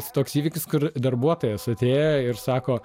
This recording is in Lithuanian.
toks įvykis kur darbuotojas atėjo ir sako